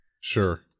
sure